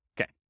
Okay